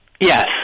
Yes